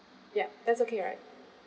ya that's okay right